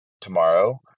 tomorrow